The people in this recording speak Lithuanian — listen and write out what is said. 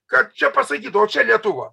kad čia pasakytų o čia lietuva